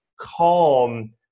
calm